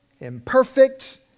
imperfect